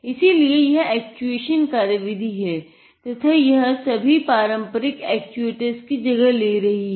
इसीलिए यह एक्चुएशन क्रियाविधि है तथा यह सभी पारम्परिक एक्चुएटोर्स की जगह ले रही है